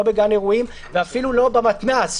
לא בגן אירועים ואפילו לא במתנ"ס,